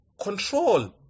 control